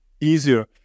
easier